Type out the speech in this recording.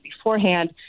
beforehand